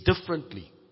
differently